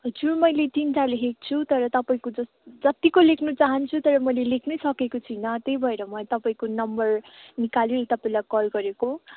हजुर मैले तिनवटा लेखेको छु तर तपाईँको जस्तो जत्तिको लेख्नु चाहन्छु तर मैले लेख्नै सकेको छुइनँ त्यही भएर मैले तपाईँको नम्बर निकालिवरी तपाईँलाई कल गरेको